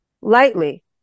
lightly